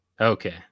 Okay